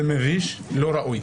זה מביש ולא ראוי.